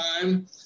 time